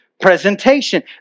presentation